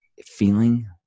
feeling